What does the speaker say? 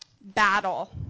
battle